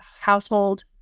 household